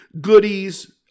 goodies